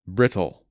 Brittle